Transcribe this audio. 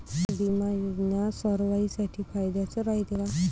बिमा योजना सर्वाईसाठी फायद्याचं रायते का?